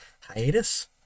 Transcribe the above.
Hiatus